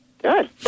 good